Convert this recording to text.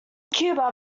cuba